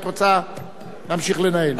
את רוצה להמשיך לנהל?